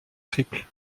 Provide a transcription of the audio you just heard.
triple